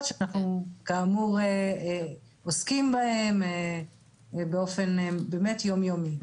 שאנחנו כאמור עוסקים בהן באופן באמת יום-יומי.